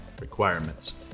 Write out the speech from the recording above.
requirements